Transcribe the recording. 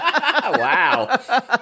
Wow